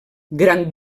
gran